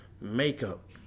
makeup